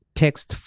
Text